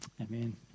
Amen